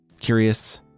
curious